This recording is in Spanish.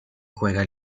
juega